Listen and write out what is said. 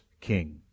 King